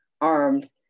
armed